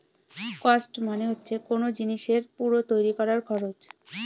cost মানে হচ্ছে কোন জিনিসের পুরো তৈরী করার খরচ